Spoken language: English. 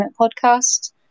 podcast